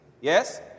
Yes